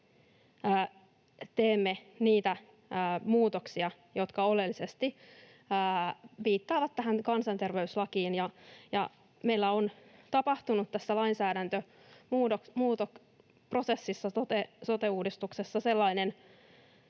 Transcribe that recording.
teemme niitä muutoksia, jotka oleellisesti viittaavat tähän kansanterveyslakiin. Meillä on tapahtunut tässä sote-uudistuksen